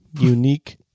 Unique